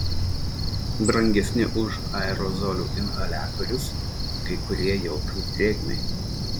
brangesni už aerozolių inhaliatorius kai kurie jautrūs drėgmei